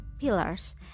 pillars